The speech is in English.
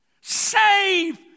save